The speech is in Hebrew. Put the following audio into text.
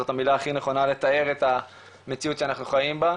זאת המילה הכי נכונה לתאר את המציאות שאנחנו חיים בה,